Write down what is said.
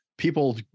people